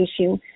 issue